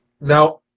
Now